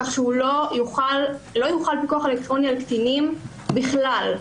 כך שלא יוחל פיקוח אלקטרוני על קטינים בכלל.